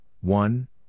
one